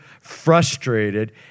frustrated